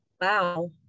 Wow